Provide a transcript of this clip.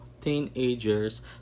teenagers